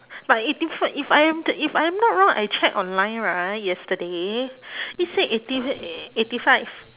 but eighty f~ if I am t~ if I am not wrong I check online right yesterday it said eighty eighty five